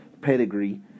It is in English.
pedigree